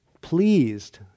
pleased